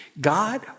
God